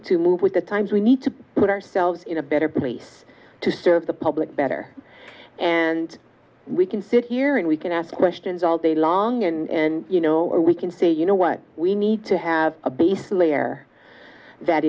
to move with the times we need to put ourselves in a better place to serve the public better and we can sit here and we can ask questions all day long and you know we can say you know what we need to have a base layer that